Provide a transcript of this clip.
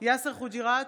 יאסר חוג'יראת,